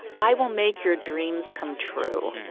i will make your dreams come true.